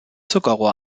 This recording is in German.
zuckerrohr